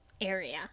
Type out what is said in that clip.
area